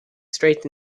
straight